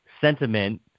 sentiment